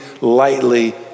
lightly